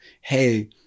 hey